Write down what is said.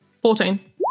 Fourteen